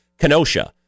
Kenosha